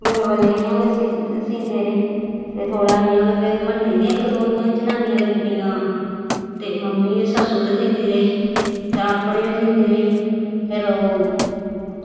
बल्लें बल्लें इयां गै सींदे रेह् ते फिर थोह्ड़ा इयां गै म्ह्ल्ले दियां इक दो इयां जनानियां लगी पेइयां आन ते मम्मी सस्सू दे सींदी रेही फिर अपने बा सींदी रेही फिर